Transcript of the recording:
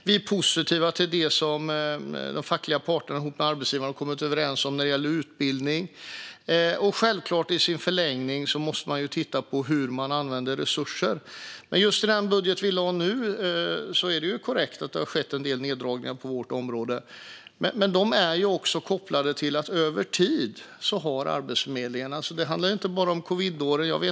Vi är positiva till det som de fackliga parterna ihop med arbetsgivarna har kommit överens om när det gäller utbildning. Självklart måste vi i förlängningen också titta på hur man använder resurser. Det är korrekt att det i den budget vi lade fram nu har skett en del neddragningar på vårt område. Men dessa är också kopplade till Arbetsförmedlingens situation över tid. Det handlar inte bara om covidåren.